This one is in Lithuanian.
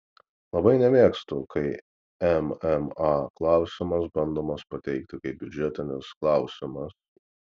labai nemėgstu kai mma klausimas bandomas pateikti kaip biudžetinis klausimas